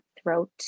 throat